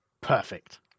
perfect